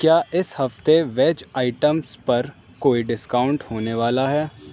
کیا اس ہفتے ویج آئٹمز پر کوئی ڈسکاؤنٹ ہونے والا ہے